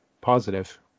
positive